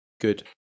good